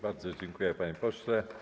Bardzo dziękuję, panie pośle.